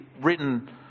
written